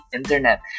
internet